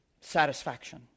satisfaction